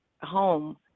home